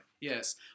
yes